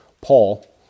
Paul